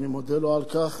אני מודה לו על כך.